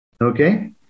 Okay